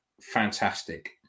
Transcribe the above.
fantastic